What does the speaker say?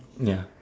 ya